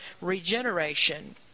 regeneration